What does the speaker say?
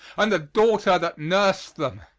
and the daughter that nursed them.